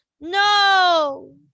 No